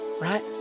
right